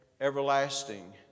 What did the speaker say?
everlasting